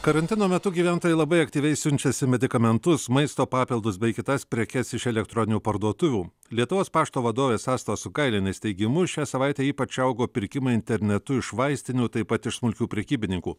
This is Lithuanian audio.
karantino metu gyventojai labai aktyviai siunčiasi medikamentus maisto papildus bei kitas prekes iš elektroninių parduotuvių lietuvos pašto vadovės astos sungailienės teigimu šią savaitę ypač augo pirkimai internetu iš vaistinių taip pat iš smulkių prekybininkų